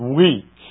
weak